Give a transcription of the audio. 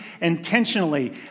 intentionally